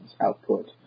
output